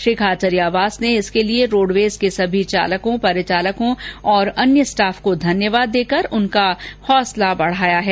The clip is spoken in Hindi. श्री खाचरियावास ने इसके लिए रोडवेज के सभी चालक परिचालकों और अन्य स्टाफ को धन्यवाद देकर उनका हौसला बढाया है